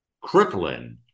crippling